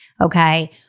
okay